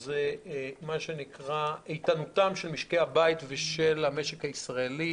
הוא איתנותם של משקי הבית ושל המשק הישראלי.